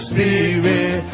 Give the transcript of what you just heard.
Spirit